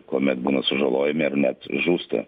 kuomet būna sužalojami ar net žūsta